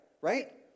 right